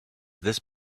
this